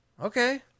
Okay